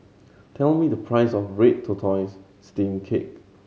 tell me the price of red tortoise steamed cake